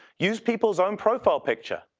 use people's own profile picture.